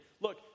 Look